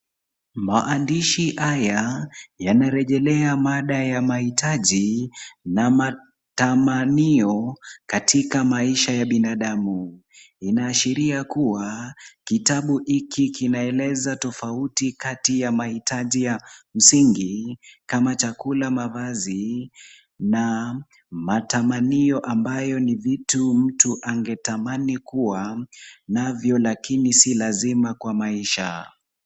Maandishi haya, yanarejelea mada ya mahitaji na matamanio katika maisha ya binadamu. Inaashiria kuwa, kitabu hiki kinaeleza tofauti kati ya mahitaji ya msingi kama chakula mavazi na matamanio ambayo ni vitu mtu aangetamani kuwa navyo lakini si lazima kwa maisha.